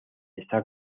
está